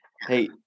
Hey